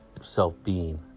self-being